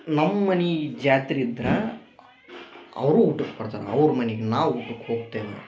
ನಮ್ಮನೆ ಜಾತ್ರೆ ಇದ್ರ ಅವರು ಊಟಕ್ಕೆ ಬರ್ತಾರ ಅವ್ರ ಮನಿಗೆ ನಾವು ಊಟಕ್ಕೆ ಹೋಗ್ತೇವೆ